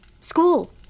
School